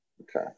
Okay